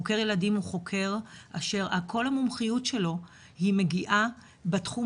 חוקר ילדים הוא חוקר אשר כל המומחיות שלו היא מגיעה בתחום